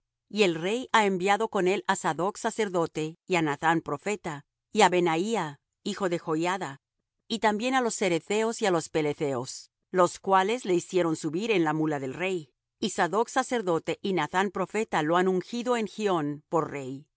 y el rey ha enviado con él á sadoc sacerdote y á nathán profeta y á benaía hijo de joiada y también á los ceretheos y á los peletheos los cuales le hicieron subir en la mula del rey y sadoc sacerdote y nathán profeta lo han ungido en gihón por rey